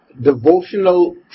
devotional